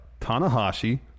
Tanahashi